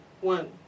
one